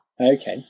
Okay